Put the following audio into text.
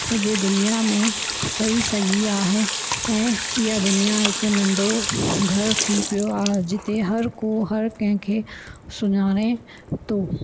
सॼे दुनिया में ठही सघी आहे ऐं इहा दुनिया हिकु नंढो घर थी पियो आहे जिते हर को हर कंहिंखे सुञाणे थो